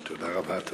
תודה רבה.